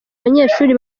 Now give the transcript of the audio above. banyeshuri